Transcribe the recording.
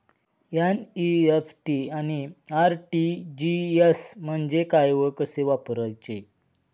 NEFT आणि RTGS म्हणजे काय व कसे वापरायचे?